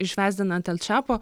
išvesdinant el čapo